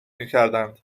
میکردند